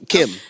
Kim